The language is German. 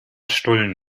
stullen